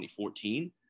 2014